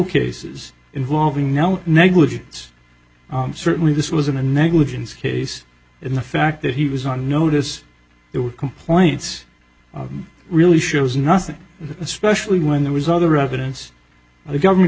cases involving now negligence certainly this was an a negligence case and the fact that he was on notice there were complaints really shows nothing especially when there was other evidence that the government